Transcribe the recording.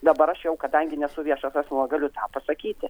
dabar aš jau kadangi nesu viešas asmuo galiu tą pasakyti